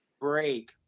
Break